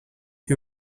who